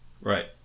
Right